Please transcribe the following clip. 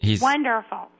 wonderful